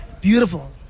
beautiful